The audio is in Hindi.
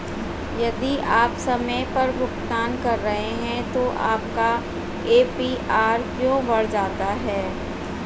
यदि आप समय पर भुगतान कर रहे हैं तो आपका ए.पी.आर क्यों बढ़ जाता है?